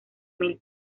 mil